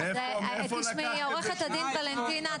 עו"ד ולנטינה,